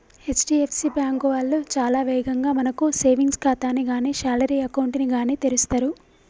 HDFC bank వాళ్ళు చాలా వేగంగా మనకు సేవింగ్స్ ఖాతాని గానీ శాలరీ అకౌంట్ ని గానీ తెరుస్తరు